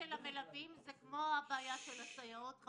המלווים זה כמו הבעיה של הסייעות: